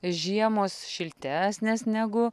žiemos šiltesnės negu